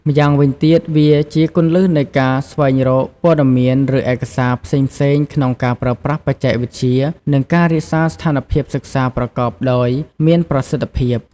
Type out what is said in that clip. ម្យ៉ាងវិញទៀតវាជាគន្លឹះនៃការស្វែងរកព័ត៌មានឬឯកសារផ្សេងៗក្នុងការប្រើប្រាស់បច្ចេកវិទ្យា និងការរក្សាស្ថានភាពសិក្សាប្រកបដោយមានប្រសិទ្ធភាព។